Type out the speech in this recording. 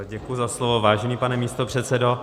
Děkuji za slovo, vážený pane místopředsedo.